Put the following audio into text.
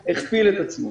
זה הכפיל את עצמו.